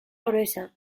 gruesa